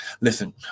Listen